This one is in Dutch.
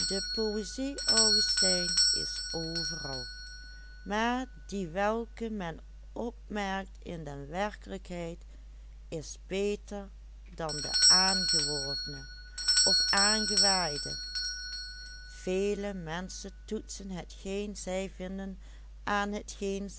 in de werkelijkheid is beter dan de aangeworvene of aangewaaide vele menschen toetsen hetgeen zij vinden